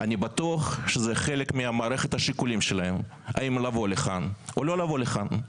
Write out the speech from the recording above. אני בטוח שזה חלק ממערכת השיקולים שלהם אם לבוא לכאן או לא לבוא לכאן.